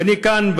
ואני כאן,